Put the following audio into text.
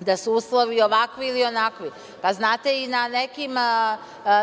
gde su uslovi ovakvi ili onakvi. Pa, znate, i na nekim